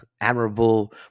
admirable